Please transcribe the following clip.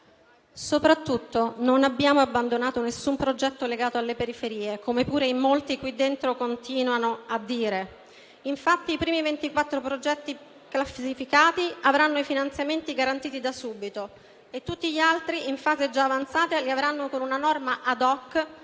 Soprattutto, non abbiamo abbandonato nessun progetto legato alle periferie, come pure in molti qui dentro continuano a dire. Infatti, i primi 24 progetti classificati avranno i finanziamenti garantiti da subito e tutti gli altri in fase già avanzata li avranno con una norma *ad hoc*